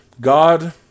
God